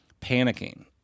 panicking